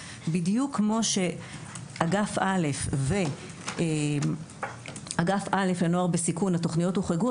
כמו שאגף א' לנוער בסיכון הוחרגו,